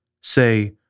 Say